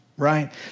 Right